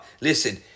Listen